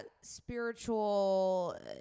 spiritual